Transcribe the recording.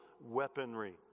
weaponry